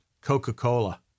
Coca-Cola